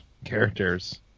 characters